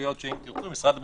שנייה ושלישית.